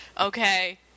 Okay